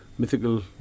Mythical